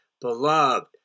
beloved